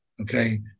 okay